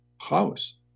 house